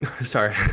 Sorry